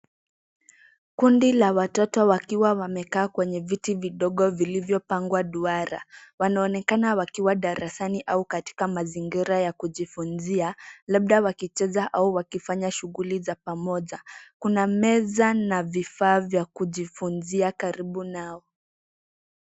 Kundi la watoto wakiwa wamekaa kwenye viti vidogo vilivyopangwa duara. Wanaonekana wakiwa darasani au katika mazingira ya kujifunzia, labda wakicheza au wakifanya shughuli za pamoja. Kuna meza na vifaa vya kujifunzia karibu nao.